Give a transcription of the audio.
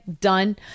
done